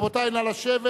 רבותי, נא לשבת.